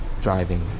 driving